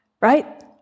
right